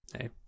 hey